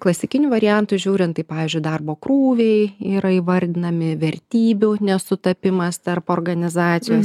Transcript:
klasikinių variantų žiūrint pavyzdžiui darbo krūviai yra įvardinami vertybių nesutapimas tarp organizacijos